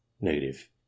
Negative